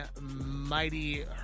mighty